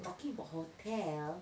talking about hotel